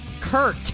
Kurt